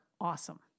awesome